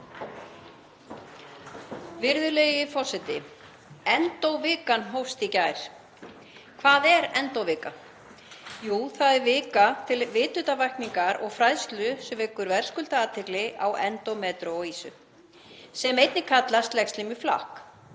Virðulegi forseti. Endóvikan hófst í gær. Hvað er Endóvika? Jú, það er vika til vitundarvakningar og fræðslu sem vekur verðskuldaða athygli á endómetríósu, sem einnig kallast legslímuflakk,